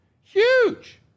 huge